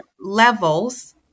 levels